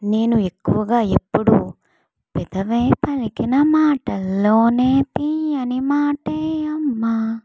నేను ఎక్కువగా ఎప్పుడు పెదవి పలికిన మాటలలో తీయ్యని మాట అమ్మ